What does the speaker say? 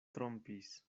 trompis